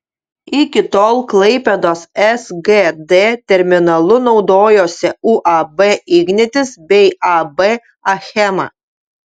iki tol klaipėdos sgd terminalu naudojosi uab ignitis bei ab achema